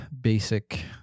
basic